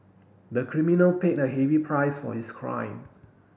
the criminal paid a heavy price for his crime